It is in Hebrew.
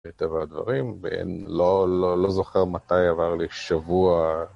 את הדברים, ואני לא זוכר מתי עבר לי שבוע.